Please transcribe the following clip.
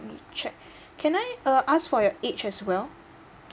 check can I uh ask for your age as well